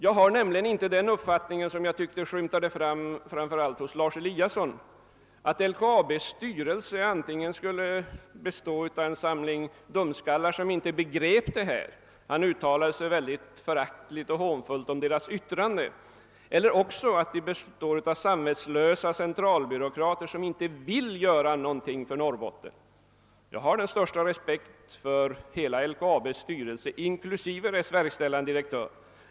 Jag har nämligen inte den uppfattning som jag tycker skymtade fram i synnerhet i herr Eliassons i Sundborn anförande, att LKAB:s styrelse antingen skulle bestå av en samling dumskallar som inte begriper denna fråga — han uttalade sig mycket föraktfullt och hånfullt om företagsledningens yttrande — eller av samvetslösa centralbyråkrater som inte vill göra någonting för Norrbotten. Jag har den största respekt för hela LKAB:s styrelse inklusive dess verkställande direktör.